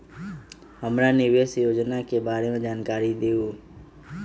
हमरा निवेस योजना के बारे में जानकारी दीउ?